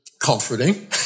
comforting